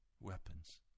weapons